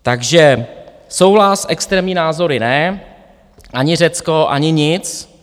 Takže souhlas, extrémní názory ne, ani Řecko, ani nic.